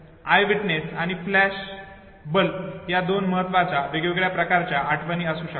I witness आणि flash bulb अशा दोन महत्त्वाच्या वेगळ्या प्रकारच्या आठवणी असू शकतात